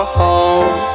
home